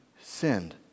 sinned